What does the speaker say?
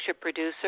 producer